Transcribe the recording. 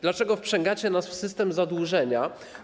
Dlaczego wprzęgacie nas w system zadłużenia?